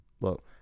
Look